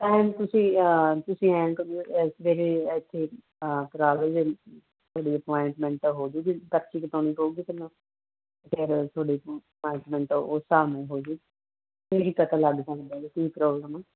ਭੈਣ ਤੁਸੀ ਤੁਸੀਂ ਐਥੇ ਆਹ ਕਰਾ ਹੋਵੇ ਤੁਹਾਡੀ ਅਪੋਇੰਟਮੈਂਟ ਹੋਜੂਗੀ ਪਰਚੀ ਕਰਾਉਣੀ ਪਊਗੀ ਤੁਹਾਨੂੰ ਫਿਰ ਤੁਹਾਡੇ ਉਸ ਹਿਸਾਬ ਨਾਲ ਹੋਜੇਗੀ ਫਿਰ ਈ ਪਤਾ ਲੱਗ ਜਾਦਾ ਕੀ ਪ੍ਰੋਬਲਮ ਆ